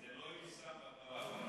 זה לא יושם בפועל,